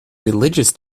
religious